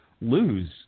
lose